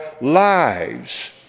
lives